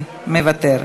מוותר,